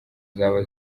zaba